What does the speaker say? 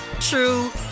true